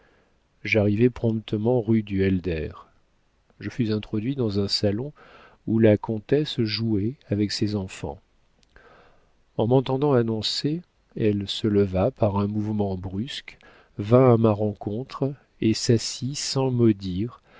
promptement rue du helder je fus introduit dans un salon où la comtesse jouait avec ses enfants en m'entendant annoncer elle se leva par un mouvement brusque vint à ma rencontre et s'assit sans mot dire